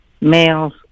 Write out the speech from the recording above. males